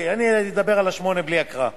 אני אדבר על 8 בלי הקראה.